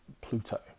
Pluto